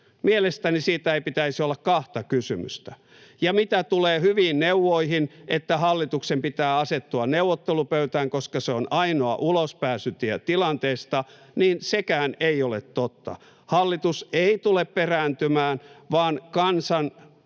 Mielestäni siitä ei pitäisi olla kahta kysymystä. Ja mitä tulee hyviin neuvoihin, että hallituksen pitää asettua neuvottelupöytään, koska se on ainoa ulospääsytie tilanteesta, niin sekään ei ole totta. Hallitus ei tule perääntymään vaan kansan